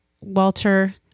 Walter